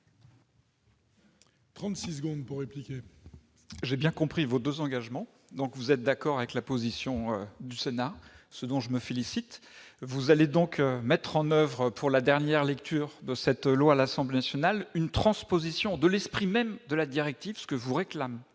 de prendre prouvent que vous êtes d'accord avec la position du Sénat, ce dont je me félicite. Vous allez donc mettre en oeuvre pour la dernière lecture de cette loi à l'Assemblée nationale une transposition de l'esprit même de la directive, comme le réclame